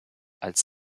als